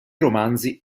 romanzi